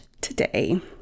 today